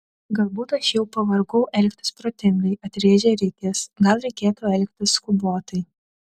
galbūt aš jau pavargau elgtis protingai atrėžė rikis gal reikėtų elgtis skubotai